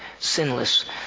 Sinless